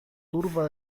turba